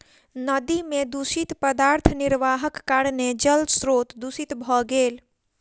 नदी में दूषित पदार्थ निर्वाहक कारणेँ जल स्त्रोत दूषित भ गेल